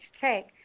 take